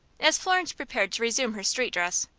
as florence prepared to resume her street dress,